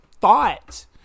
thought